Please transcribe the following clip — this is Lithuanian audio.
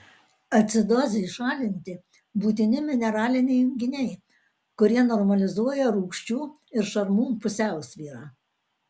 acidozei šalinti būtini mineraliniai junginiai kurie normalizuoja rūgščių ir šarmų pusiausvyrą